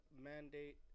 mandate